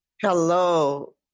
Hello